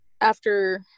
after-